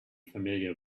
familiar